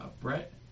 Brett